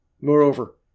Moreover